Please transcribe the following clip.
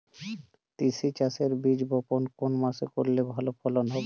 তিসি চাষের বীজ বপন কোন মাসে করলে ভালো ফলন হবে?